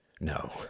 No